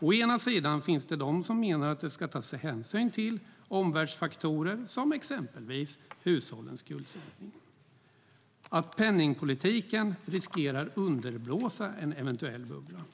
Å ena sidan finns det de som menar att ska tas hänsyn till omvärldsfaktorer som exempelvis hushållens skuldsättning. Man menar att penningpolitiken riskerar att underblåsa en eventuell bubbla.